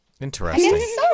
Interesting